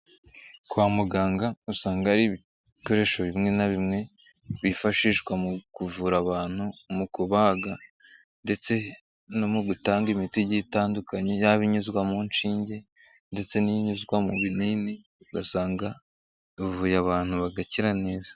Kwa muganga usanga hari ibikoresho bimwe na bimwe byifashishwa mu kuvura abantu, mu kubaga ndetse no mu gutanga imiti igiye itandukanye yaba inyuzwa mu nshinge ndetse n'inyuzwa mu binini, ugasanga ivuye abantu bagakira neza.